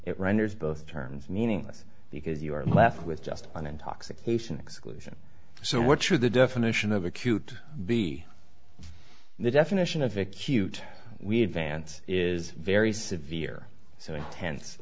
it renders both terms meaningless because you are left with just an intoxication exclusion so what should the definition of acute be the definition of a cute we had vance is very severe so intense